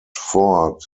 ford